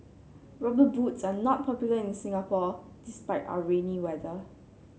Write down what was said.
rubber boots are not popular in Singapore despite our rainy weather